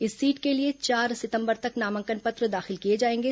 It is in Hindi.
इस सीट के लिए चार सितंबर तक नामांकन पत्र दाखिल किए जाएंगे